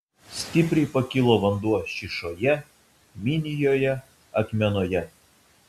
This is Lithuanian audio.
stipriai pakilo vanduo šyšoje minijoje akmenoje